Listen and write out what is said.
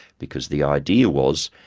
because the idea was,